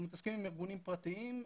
אנחנו מתעסקים עם ארגונים פרטיים,